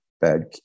bad